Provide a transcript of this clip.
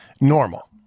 Normal